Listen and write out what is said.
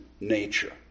nature